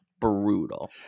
brutal